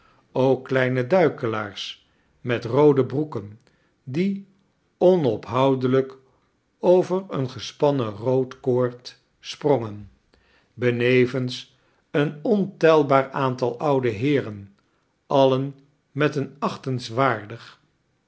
ook kleane duikelaars met roode broeken die onophoudelijk over een gespannen rood koord sprongen benevens een ontelbaar aantal oude heeren alten met een